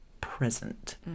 present